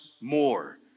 more